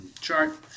chart